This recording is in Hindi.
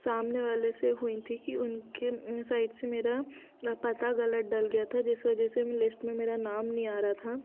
सामने वाले से हुई थी कि उनकी साइड से मेरा पता गलत डल गया था जिस वजह से लिस्ट में मेरा नाम नहीं आ रहा था